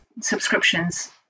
subscriptions